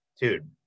dude